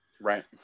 Right